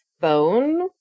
phone